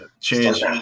change